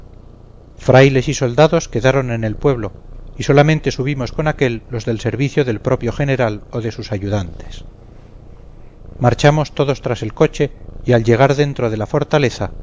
frailes y soldados quedaron en el pueblo y solamente subimos con aquel los del servicio del propio general o de sus ayudantes marchamos todos tras el coche y al llegar dentro de la fortaleza